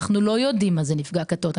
אנחנו לא יודעים מה זה נפגע כתות.